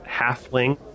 halfling